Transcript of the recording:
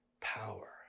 power